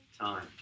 time